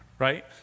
Right